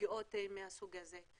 מפגיעות מסוג כזה.